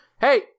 hey